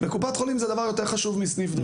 וקופת חולים זה דבר יותר חשוב מסניף דואר.